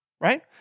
right